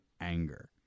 anger